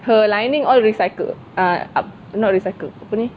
her lining all recycled uh ah not recycled apa ni